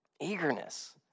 Eagerness